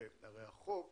החוק